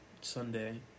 Sunday